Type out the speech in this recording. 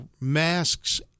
masks